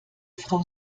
frau